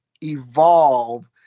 evolve